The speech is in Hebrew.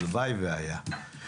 הלוואי והיה.